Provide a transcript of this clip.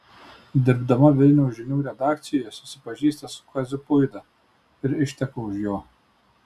dirbdama vilniaus žinių redakcijoje susipažįsta su kaziu puida ir išteka už jo